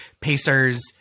Pacers